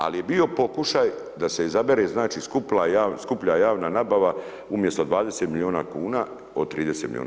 Ali je bio pokušaj, da se izabere, znači, skuplja javna nabava, umjesto 20 milijuna kuna od 30 milijuna.